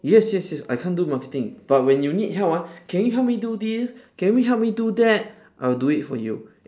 yes yes yes I can't do marketing but when you need help ah can you help me do this can you help me do that I will do it for you